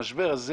המשבר הזה